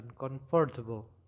uncomfortable